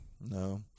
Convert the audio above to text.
No